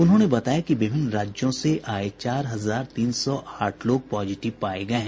उन्होंने बताया कि विभिन्न राज्यों से आये चार हजार तीन सौ आठ लोग पॉजिटिव पाये गये हैं